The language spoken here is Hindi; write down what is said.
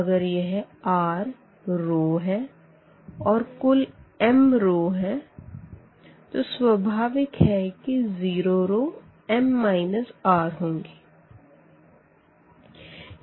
अगर यह r रो है और कुल m रो है तो स्वाभाविक है कि ज़ीरो रो m r होगी